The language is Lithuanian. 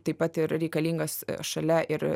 taip pat ir reikalingas šalia ir